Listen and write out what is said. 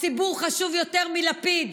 הציבור חשוב יותר מלפיד.